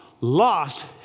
lost